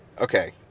Okay